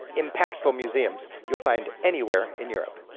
impactful museums you'll find anywhere in europe.